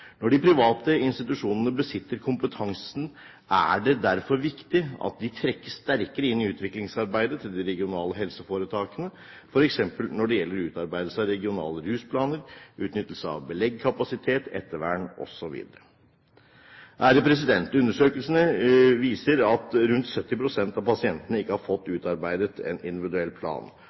Når de private institusjonene besitter kompetansen, er det derfor viktig at de trekkes sterkere inn i utviklingsarbeidet til de regionale helseforetakene, f.eks. når det gjelder utarbeidelse av regionale rusplaner, utnyttelse av beleggkapasitet, ettervern osv. Undersøkelsen viser at rundt 70 pst. av pasientene ikke har fått utarbeidet en individuell plan,